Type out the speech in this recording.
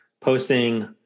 posting